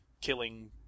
killing